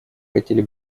хотели